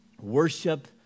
Worship